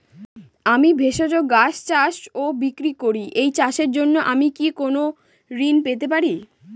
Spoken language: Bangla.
আমি ভেষজ গাছ চাষ ও বিক্রয় করি এই চাষের জন্য আমি কি কোন ঋণ পেতে পারি?